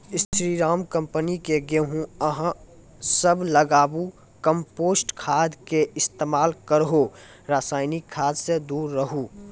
स्री Ram company के गेहूँ अहाँ सब लगाबु कम्पोस्ट खाद के इस्तेमाल करहो रासायनिक खाद से दूर रहूँ?